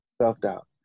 self-doubt